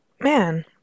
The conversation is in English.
Man